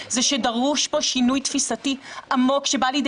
זה שדרוש פה שינוי תפיסתי עמוק שבא לידי